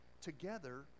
together